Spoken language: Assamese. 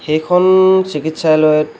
সেইখন চিকিৎসালয়ত